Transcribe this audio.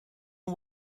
and